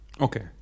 Okay